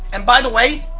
and by the way,